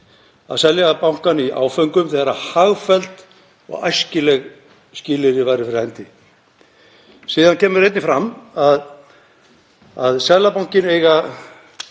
að selja bankann í áföngum þegar hagfelld og æskileg skilyrði eru fyrir hendi. Síðan kemur einnig fram að Seðlabankinn eigi